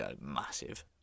massive